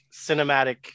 cinematic